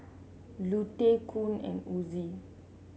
Lute Con and Ozie